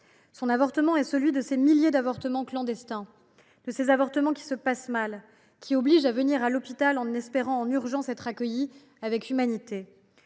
Son avortement est comme ces milliers d’avortements clandestins, de ces avortements qui se passent mal, qui obligent à venir à l’hôpital en espérant être accueillie en urgence